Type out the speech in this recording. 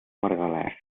margalef